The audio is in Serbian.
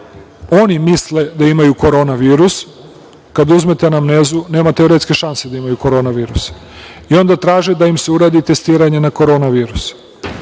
oni misle da imaju korona virus. Kada uzmete anamnezu, nema teoretske šanse da imaju korona virus, i onda traže da ime se uradi testiranje na korona virus. Sa